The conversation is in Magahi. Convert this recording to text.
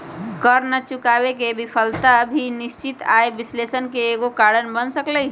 कर न चुकावे के विफलता भी निश्चित आय विश्लेषण के एगो कारण बन सकलई ह